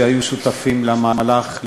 שהיו שותפים למהלך,